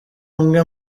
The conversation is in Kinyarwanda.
umwe